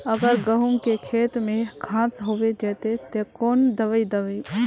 अगर गहुम के खेत में घांस होबे जयते ते कौन दबाई दबे?